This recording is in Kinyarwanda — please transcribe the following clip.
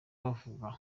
bavugwa